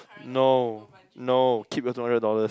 no no keep your two hundred dollars